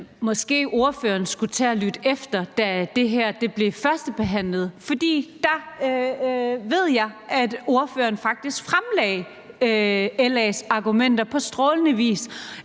Måske skulle ordføreren have lyttet efter, da det her blev førstebehandlet, for der ved jeg, at ordføreren faktisk fremlagde LA's argumenter på strålende vis.